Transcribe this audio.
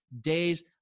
days